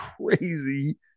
crazy